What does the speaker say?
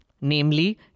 namely